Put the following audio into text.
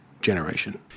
generation